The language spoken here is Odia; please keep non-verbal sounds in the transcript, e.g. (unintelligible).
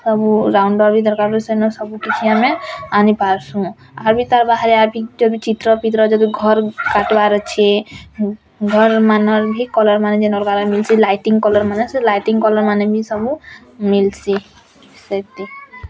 ସବୁ ରାଉଣ୍ଡର୍ ବି ଦରକାର ସେନ ସବୁ କିଛି ଆମେ ଆଣିପାରୁଛୁଁ ଆଉ ବି ତ ବାହାରେ (unintelligible) ଚିତ୍ର ଫିତ୍ର ଯଦି ଘରକୁ (unintelligible) ଅଛି ଘରମାନର ବି କଲର୍ ମାନ ଯେନମାନର ବାର ମିଲିଛି ଲାଇଟିଙ୍ଗ କଲର୍ ମାନ ସେ ଲାଇଟିଙ୍ଗ କଲର୍ ମାନ ସବୁ ମିଲ୍ସି ସେଥି